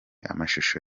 amashusho